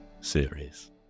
Series